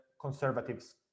Conservatives